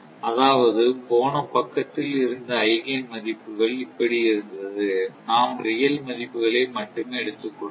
அதாவது போன பக்கத்தில் இருந்த ஐகேன் மதிப்புகள் இப்படி இருந்தது நாம் ரியல் மதிப்புகளை மட்டுமே எடுத்துக் கொண்டோம்